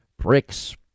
bricks